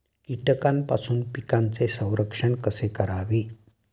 कीटकांपासून पिकांचे संरक्षण कसे करावे?